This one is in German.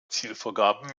zielvorgaben